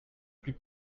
plus